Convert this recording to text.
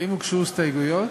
האם הוגשו הסתייגויות?